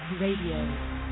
Radio